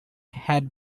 had